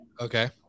Okay